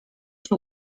się